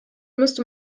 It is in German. müsste